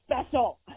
special